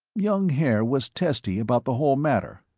young haer was testy about the whole matter.